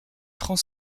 prend